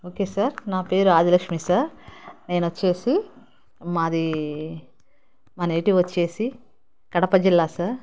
okay sir నా పేరు Adilakshmi sir నేను వచ్చేసి మాది మా నేటివ్ వచ్చేసి కడప జిల్లా సార్